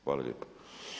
Hvala lijepa.